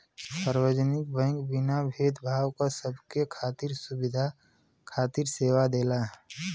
सार्वजनिक बैंक बिना भेद भाव क सबके खातिर सुविधा खातिर सेवा देला